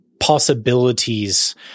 possibilities